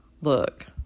look